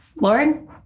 Lord